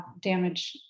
damage